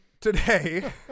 today